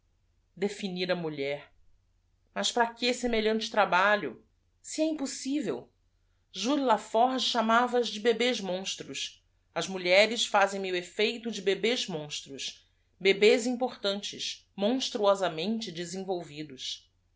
a mulher ás pára que semelhante trabalho se é impôs eivei ules aforgue chamava as de bebês monstros s mulheres fàzem me o effeito de bebês monstros bebês importantes monstruosamente desenvolvidos